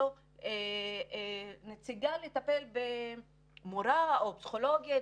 של פסיכולוג,